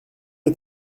est